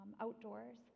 outdoors